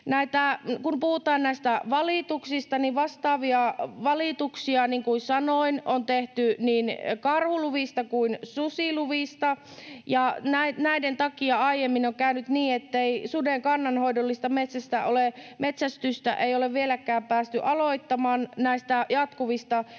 Kun puhutaan näistä valituksista, niin vastaavia valituksia, niin kuin sanoin, on tehty niin karhuluvista kuin susiluvista, ja näiden takia aiemmin on käynyt niin, ettei suden kannanhoidollista metsästystä ole vieläkään päästy aloittamaan näistä jatkuvista petovahingoista